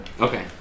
Okay